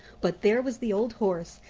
but there was the old horse,